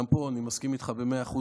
גם פה אני מסכים איתך במאה אחוז,